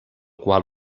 qual